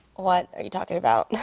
what are you talking about?